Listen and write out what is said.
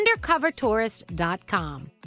UndercoverTourist.com